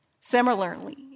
Similarly